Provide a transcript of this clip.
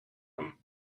him